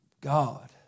God